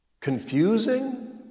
confusing